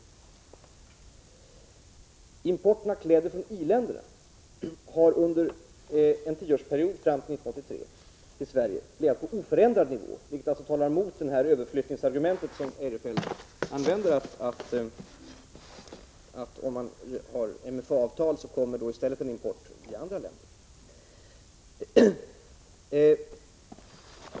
Importen till Sverige av kläder från i-länderna har under en tioårsperiod fram till 1983 legat på oförändrad nivå, vilket alltså talar emot det överflyttningsargument som Eirefelt använder, nämligen att om man har ett multifiberavtal kommer vi att få motsvarande import från andra länder.